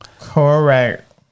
correct